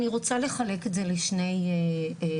אני רוצה לחלק את זה לשני תחומים,